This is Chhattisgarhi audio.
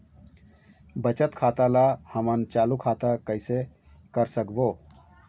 बचत खाता ला हमन चालू खाता कइसे कर सकबो?